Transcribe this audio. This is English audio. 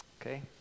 Okay